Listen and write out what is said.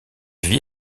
vit